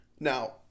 Now